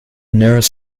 nearest